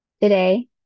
Today